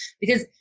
Because-